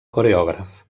coreògraf